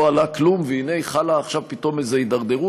עלה כלום והנה חלה עכשיו פתאום איזו הידרדרות.